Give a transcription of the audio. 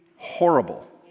Horrible